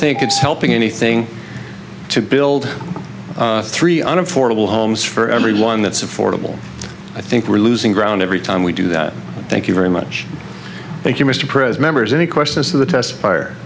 think it's helping anything to build three on affordable homes for everyone that's affordable i think we're losing ground every time we do that thank you very much thank you mr pres members any questions to the test fire